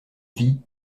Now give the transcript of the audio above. vit